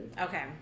okay